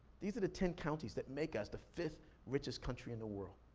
these are the ten counties that make us the fifth richest country in the world.